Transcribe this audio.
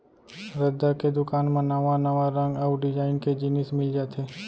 रद्दा के दुकान म नवा नवा रंग अउ डिजाइन के जिनिस मिल जाथे